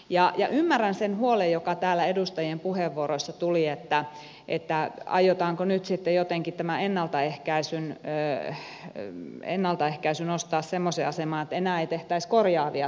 ymmärrän sen huolen joka täällä edustajien puheenvuoroissa tuli aiotaanko nyt sitten jotenkin tämä ennaltaehkäisy nostaa semmoiseen asemaan että enää ei tehtäisi korjaavia toimenpiteitä